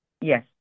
Yes